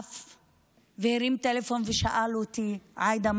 שדחף והרים טלפון ושאל אותי: עאידה,